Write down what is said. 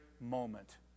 moment